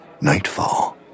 Nightfall